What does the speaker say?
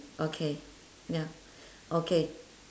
okay ya okay